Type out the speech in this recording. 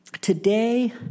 today